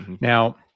Now